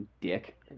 Dick